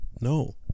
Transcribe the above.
No